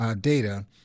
data